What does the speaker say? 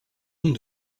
donc